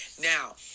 Now